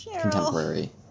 contemporary